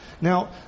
Now